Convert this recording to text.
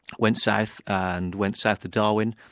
went south and went south to darwin,